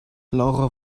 laura